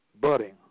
budding